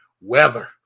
weather